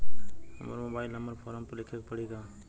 हमरो mobile number form पर लिखे के पड़ी का?